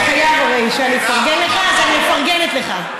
אתה חייב, הרי, שאני אפרגן לך, אז אני מפרגנת לך.